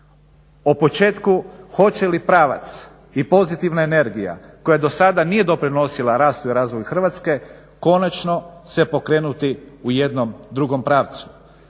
o početku hoće li pravac i pozitivna energija koja do sada nije doprinosila rastu i razvoju Hrvatske konačno se pokrenuti u jednom drugom pravcu.